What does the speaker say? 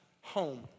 home